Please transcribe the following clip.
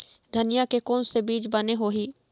धनिया के कोन से बीज बने होही?